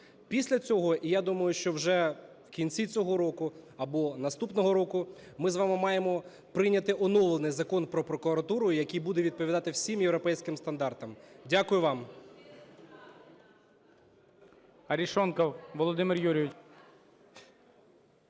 Після цього, я думаю, що вже в кінці цього року або наступного року ми з вами маємо прийняти оновлений Закон про прокуратуру, який буде відповідати всім європейським стандартам. Дякую вам.